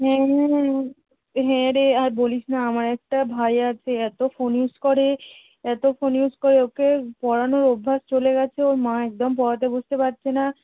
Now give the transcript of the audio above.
হুম হুম হুম হ্যাঁ রে আর বলিস না আমার একটা ভাই আছে এতো ফোন ইউস করে এতো ফোন ইউস করে ওকে পড়ানোর অভ্যাস চলে গেছে ওর মা একদম পড়াতে বসতে পারছে না